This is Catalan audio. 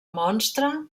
monstre